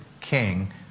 king